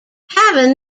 having